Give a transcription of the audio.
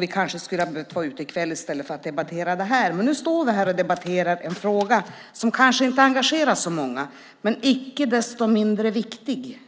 Vi kanske skulle ha behövt vara ute i kväll i stället för att debattera det här. Nu står vi här och debatterar en fråga som kanske inte engagerar så många, men den är icke desto mindre viktig.